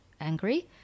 angry